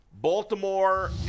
Baltimore